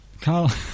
Carl